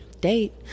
date